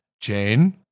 Jane